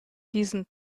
diesen